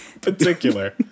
particular